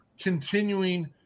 continuing